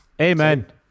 Amen